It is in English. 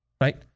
Right